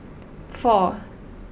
four